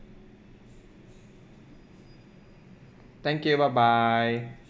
thank you bye bye